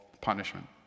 punishment